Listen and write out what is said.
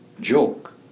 joke